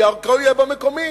כי הכול יהיה במקומית.